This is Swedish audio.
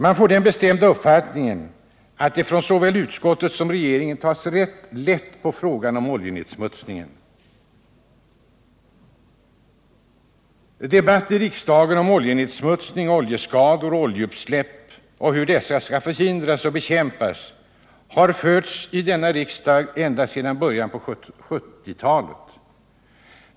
Man får den bestämda uppfattningen att det från såväl utskottets som regeringens sida tas rätt lätt på frågan om oljenedsmutsningen. Debatt om oljenedsmutsning, oljeskador, oljeutsläpp och hur allt detta skall förhindras och bekämpas har förts i denna riksdag ända sedan början av 1970-talet.